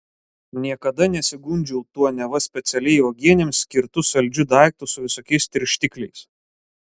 niekada nesigundžiau tuo neva specialiai uogienėms skirtu saldžiu daiktu su visokiais tirštikliais